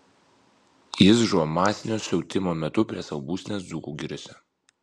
jis žuvo masinio siautimo metu prie savo būstinės dzūkų giriose